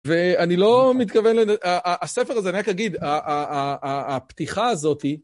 ואני לא מתכוון, הספר הזה, אני רק אגיד, הפתיחה הזאתי...